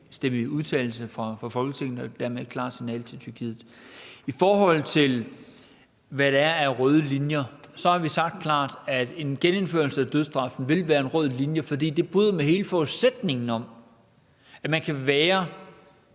enstemmig udtalelse fra Folketinget dermed sender et klart signal til Tyrkiet. I forhold til, hvad der er af røde linjer, har vi sagt klart, at en genindførelse af dødsstraffen vil være en rød linje, for det bryder med hele forudsætningen om, at man kan være